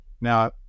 Now